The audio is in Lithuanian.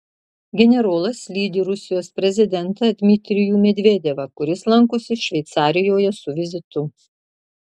generolas lydi rusijos prezidentą dmitrijų medvedevą kuris lankosi šveicarijoje su vizitu